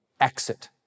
exit